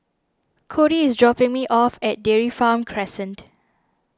Cody is dropping me off at Dairy Farm Crescent